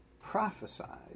prophesied